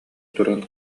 туран